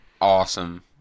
awesome